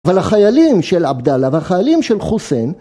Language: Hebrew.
אבל החיילים של אבדאללה והחיילים של חוסן